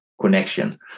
connection